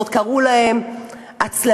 ועוד קראו להם עצלנים.